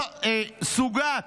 סוגת,